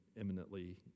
imminently